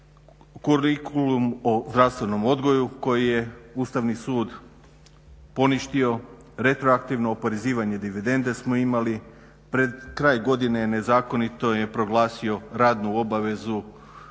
kurikulum o zdravstvenom odgoju koji je Ustavni sud poništio, retroaktivno oporezivanje dividende smo imali. Pred kraj godine nezakonito je proglasio radnu obavezu